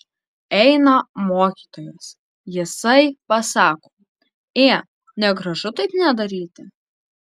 eina mokytojas jisai pasako ė negražu taip nedaryti